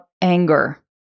anger